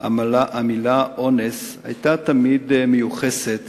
המלה אונס היתה תמיד מיוחסת